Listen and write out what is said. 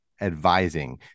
advising